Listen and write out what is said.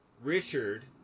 Richard